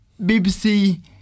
BBC